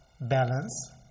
Balance